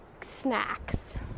snacks